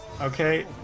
Okay